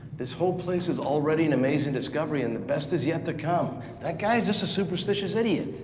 this whole place is already an amazing discovery and the best is yet to come. that guy is just a superstitious idiot.